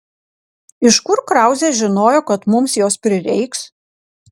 iš kur krauzė žinojo kad mums jos prireiks